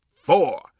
four